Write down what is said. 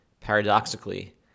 paradoxically